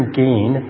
gain